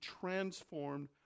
transformed